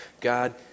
God